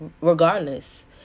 Regardless